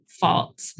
fault